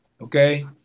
okay